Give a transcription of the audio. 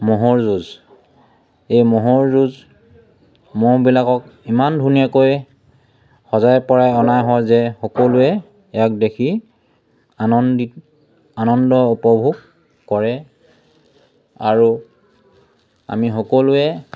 ম'হৰ যুঁজ এই ম'হৰ যুঁজ মহ'বিলাকক ইমান ধুনীয়াকৈ সজাই পৰাই অনা হয় যে সকলোৱে ইয়াক দেখি আনন্দিত আনন্দ উপভোগ কৰে আৰু আমি সকলোৱে